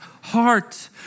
heart